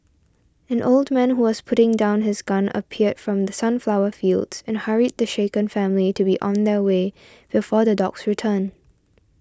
an old man who was putting down his gun appeared from the sunflower fields and hurried the shaken family to be on their way before the dogs return